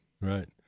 right